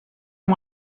amb